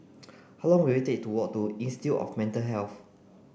how long will it take to walk to Institute of Mental Health